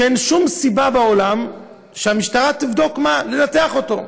שאין שום סיבה בעולם שהמשטרה תבדוק, לנתח אותו.